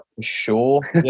sure